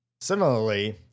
Similarly